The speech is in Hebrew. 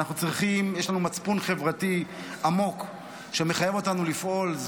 יש לנו מצפון חברתי עמוק שמחייב אותנו לפעול.